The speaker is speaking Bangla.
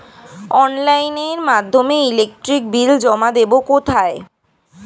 অফলাইনে এর মাধ্যমে ইলেকট্রিক বিল জমা দেবো কোথায়?